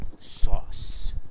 sauce